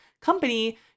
company